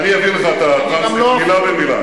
זו היתה קריאת ביניים.